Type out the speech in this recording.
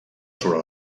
sobre